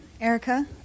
Erica